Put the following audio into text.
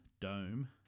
Dome